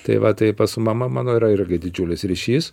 tai va taip su mama mano yra ir didžiulis ryšys